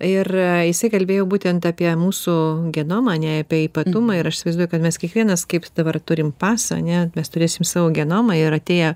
ir jisai kalbėjo būtent apie mūsų genomą ane apie ypatumą ir aš įsivaizduoju kad mes kiekvienas kaip dabar turim pasą ane mes turėsim savo genomą ir atėję